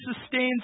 sustains